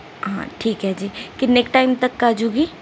ਹਾਂ ਠੀਕ ਹੈ ਜੀ ਕਿੰਨੇ ਕ ਟਾਈਮ ਤੱਕ ਆਜੂਗੀ